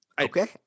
Okay